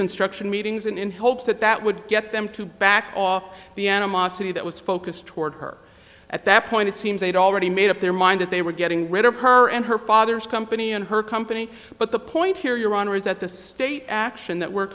construction meetings in hopes that that would get them to back off the animosity that was focused toward her at that point it seems they'd already made up their mind that they were getting rid of her and her father's company and her company but the point here your honor is that the state action that we're